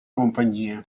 compagnia